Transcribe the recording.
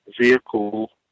vehicle